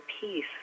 peace